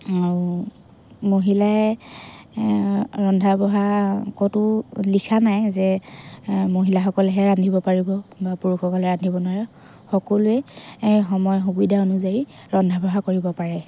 মহিলাই ৰন্ধা বঢ়া ক'তো লিখা নাই যে মহিলাসকলেহে ৰান্ধিব পাৰিব বা পুৰুষসকলে ৰান্ধিব নোৱাৰে সকলোৱেই সময় সুবিধা অনুযায়ী ৰন্ধা বঢ়া কৰিব পাৰে